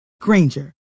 Granger